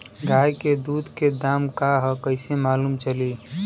गाय के दूध के दाम का ह कइसे मालूम चली?